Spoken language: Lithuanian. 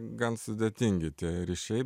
gan sudėtingi tie ryšiai